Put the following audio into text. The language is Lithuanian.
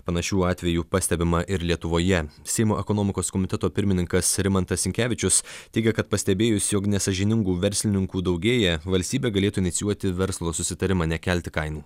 panašių atvejų pastebima ir lietuvoje seimo ekonomikos komiteto pirmininkas rimantas sinkevičius teigia kad pastebėjus jog nesąžiningų verslininkų daugėja valstybė galėtų inicijuoti verslo susitarimą nekelti kainų